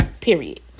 Period